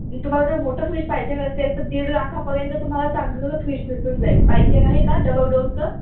तुम्हाला जर मोठं फ्रीज पाहिजेले असेल तर दीड लाखापर्यंत तुम्हाला चांगलं फ्रीज भेटून जाईल पाहिजे आहे का डबल डोरचं